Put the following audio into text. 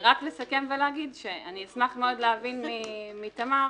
רק לסכם ולהגיד שאני אשמח מאוד להבין מתמר